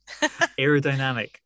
aerodynamic